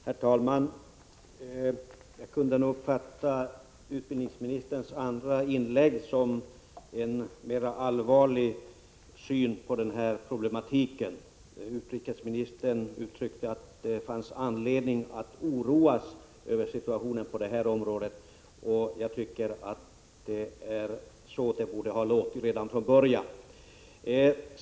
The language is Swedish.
Herr talman! Jag uppfattade utbildningsministerns andra inlägg så, att det gav uttryck för en mera allvarlig syn på den här problematiken. Utbildningsministern sade att det finns anledning att oroas över situationen på det här området, och jag tycker att det är så det borde ha låtit redan från början.